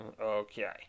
Okay